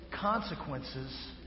consequences